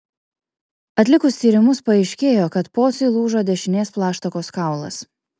atlikus tyrimus paaiškėjo kad pociui lūžo dešinės plaštakos kaulas